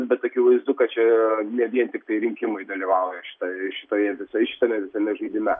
bet akivaizdu kad čia ne vien tiktai rinkimai dalyvauja štai šitoje šitame visame žaidime